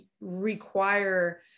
require